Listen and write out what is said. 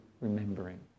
remembering